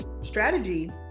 strategy